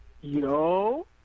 Yo